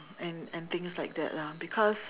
and and things like that lah because